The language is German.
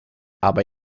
aber